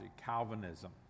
Calvinism